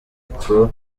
pro